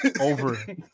over